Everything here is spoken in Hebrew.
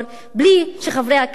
בלי שחברי הכנסת,